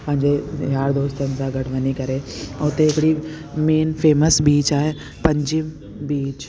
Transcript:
पंहिंजे यार दोस्तनि सां गॾु वञी करे उते हिकिड़ी मेन फेमस बीच आहे पणजी बीच